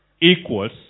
Equals